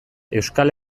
euskal